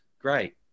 Great